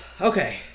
Okay